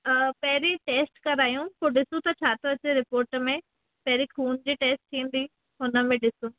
अ पहिरीं टैस्ट करायूं पोइ ॾिसूं था छा थो अचे रिपोर्ट में पहिरीं खून जी टैस्ट थींदी हुनमें ॾिसो